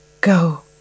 Go